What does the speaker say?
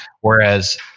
Whereas